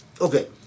okay